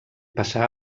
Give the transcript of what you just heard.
passà